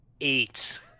Eight